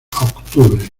octubre